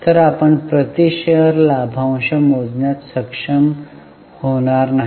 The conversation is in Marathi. तर आपण प्रति शेअर लाभांश मोजण्यात सक्षम होणार नाही